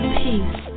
peace